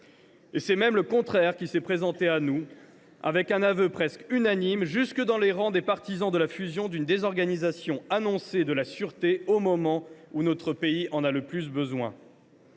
C’est même le contraire qui paraît en découler, avec un aveu presque unanime jusque dans les rangs des partisans de la fusion d’une désorganisation annoncée de la sûreté, au moment où notre pays en a le plus besoin.